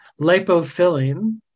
lipofilling